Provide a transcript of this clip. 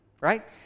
right